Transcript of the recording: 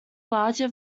larger